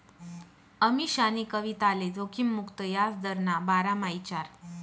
अमीशानी कविताले जोखिम मुक्त याजदरना बारामा ईचारं